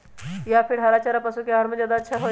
या फिर हरा चारा पशु के आहार में ज्यादा अच्छा होई?